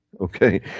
Okay